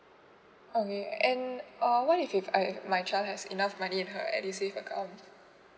okay and uh what if if I my child has enough money in her edusave account